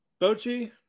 Bochi